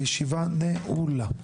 הישיבה נעולה.